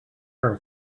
term